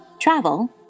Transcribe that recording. travel